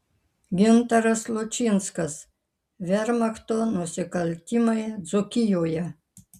gintaras lučinskas vermachto nusikaltimai dzūkijoje